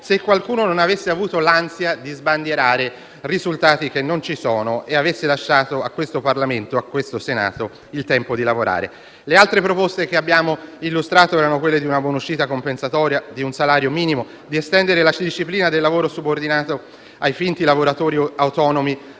se qualcuno non avesse avuto l'ansia di sbandierare risultati che non ci sono e avesse lasciato a questo Parlamento e a questo Senato il tempo di lavorare. Le altre proposte che abbiamo illustrato erano quelle di una buonuscita compensatoria, di un salario minimo, di estendere la disciplina del lavoro subordinato ai finti lavoratori autonomi